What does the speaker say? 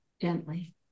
gently